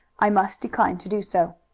i must decline to do so.